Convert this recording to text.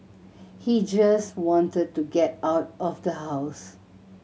he just wanted to get out of the house